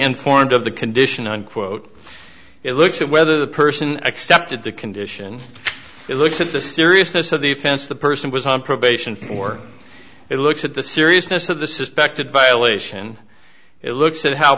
informed of the condition unquote it looks at whether the person accepted the condition looked at the seriousness of the offense the person was on probation for it looks at the seriousness of the suspected violation it looks at how